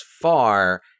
far